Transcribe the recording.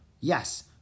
Yes